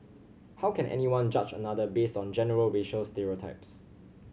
how can anyone judge another based on general racial stereotypes